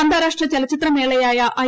അന്താരാഷ്ട്ര ചലച്ചിത്ര മേളയായ ഐ